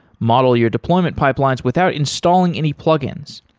model your deployment pipelines without installing any plugins.